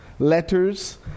letters